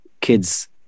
kids